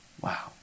Wow